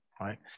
right